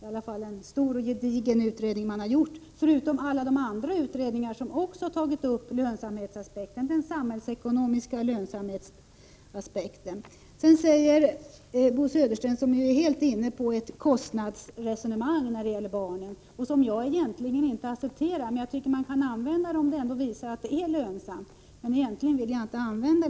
Det är dock en stor och gedigen utredning som man nu har gjort förutom alla de andra utredningar som också har tagit upp den samhällsekonomiska lönsamhetsaspekten. Bo Södersten är helt inne på ett kostnadsresonemang när det gäller barnen, något som jag egentligen inte accepterar. Även om jag helst inte vill föra ett kostnadsresonemang, tycker jag ändå att man kan göra det, om det visar att barnomsorgen är lönsam.